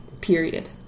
period